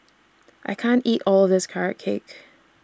I can't eat All of This Carrot Cake